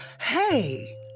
Hey